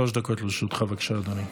שלוש דקות לרשותך, בבקשה, אדוני.